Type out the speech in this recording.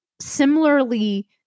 similarly